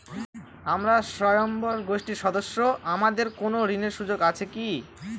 আমরা স্বয়ম্ভর গোষ্ঠীর সদস্য আমাদের কোন ঋণের সুযোগ আছে কি?